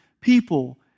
people